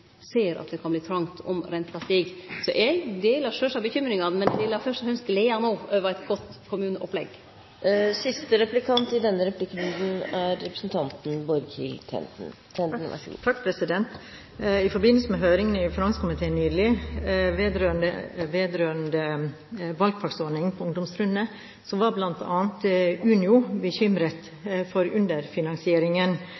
ser at det kan verte trongt om renta stig. Så eg deler sjølvsagt bekymringane, men no deler eg fyrst og fremst gleda over eit godt kommuneopplegg. I forbindelse med høringen i finanskomiteen nylig vedrørende valgfagsordningen på ungdomstrinnet var